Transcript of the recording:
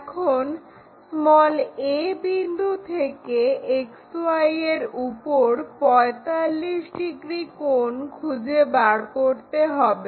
এখন a বিন্দু থেকে XY এর উপর 45 ডিগ্রি কোণ খুঁজে বার করতে হবে